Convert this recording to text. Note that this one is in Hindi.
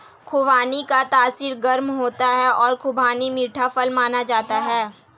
खुबानी का तासीर गर्म होता है और खुबानी मीठा फल माना जाता है